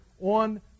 on